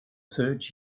third